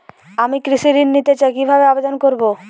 আমি কৃষি ঋণ নিতে চাই কি ভাবে আবেদন করব?